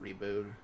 Reboot